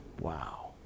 Wow